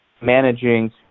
managing